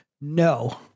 no